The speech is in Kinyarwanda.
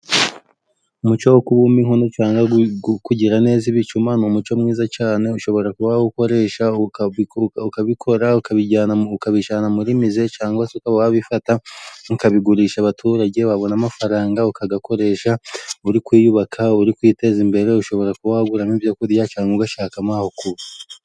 Umuco wo kubumba inkono cyangwa kugira neza ibicuma, ni umuco mwiza cyane. Ushobora kuba wawukoresha ukabikora, ukabijyana muri mize(musée), cyangwa se wabifata ukabigurisha abaturage, wabona amafaranga ukayakoresha uri kuyubaka, uri kwiteza imbere. ushobora kuba waguramo ibyo kurya cyangwa ugashakamo ku....